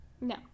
No